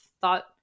thought